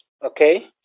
Okay